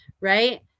right